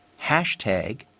Hashtag